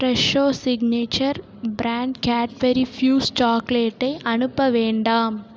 Fresho Signature brand Cadbury Fuse சாக்லேட்டை அனுப்ப வேண்டாம்